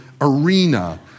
Arena